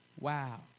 Wow